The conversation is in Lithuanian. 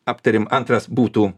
aptarėm antras būtų